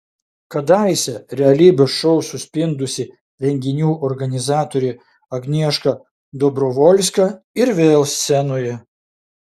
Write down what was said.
kadaise realybės šou suspindusi renginių organizatorė agnieška dobrovolska ir vėl scenoje